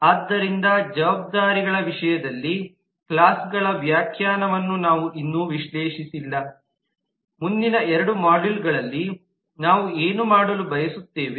ಆದ್ದರಿಂದ ಜವಾಬ್ದಾರಿಗಳ ವಿಷಯದಲ್ಲಿ ಕ್ಲಾಸ್ಗಳ ವ್ಯಾಖ್ಯಾನವನ್ನು ನಾವು ಇನ್ನೂ ವಿಶ್ಲೇಷಿಸಿಲ್ಲ ಮುಂದಿನ ಎರಡು ಮಾಡ್ಯೂಲ್ಗಳಲ್ಲಿ ನಾವು ಏನು ಮಾಡಲು ಬಯಸುತ್ತೇವೆ